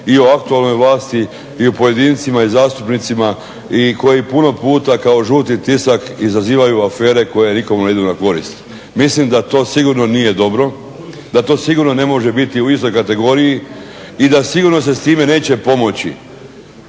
i o aktualnoj vlasti i o pojedincima i zastupnicima i koji puno puta kao žuti tisak izazivaju afere koje nikome ne idu na korist. Mislim da to sigurno nije dobro, da to sigurno ne može biti u istoj kategoriji i da sigurno se s time neće pomoći